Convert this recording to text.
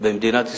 במדינת ישראל,